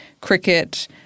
cricket